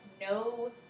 no